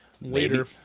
later